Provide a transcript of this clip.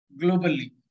Globally